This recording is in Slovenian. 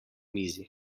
mizo